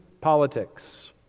politics